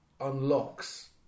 unlocks